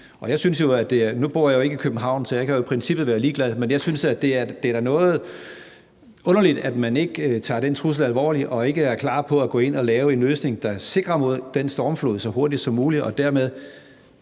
jeg jo ikke i København, så jeg kan i princippet være ligeglad, men jeg synes da, at det er noget underligt, at man ikke tager den trussel alvorligt og ikke er klar til at gå ind og lave en løsning, der sikrer mod den stormflod, så hurtigt som muligt, og dermed